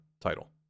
title